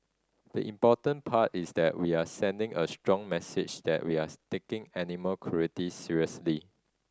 the important part is that we are sending a strong message that we are taking animal cruelty seriously